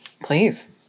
Please